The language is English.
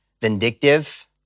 vindictive